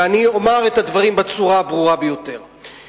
ואני אומר את הדברים בצורה הברורה ביותר,